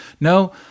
No